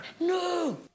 No